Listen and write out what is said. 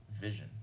vision